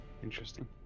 Interesting